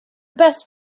best